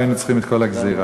ולא היינו צריכים את כל הגזירה.